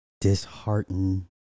disheartened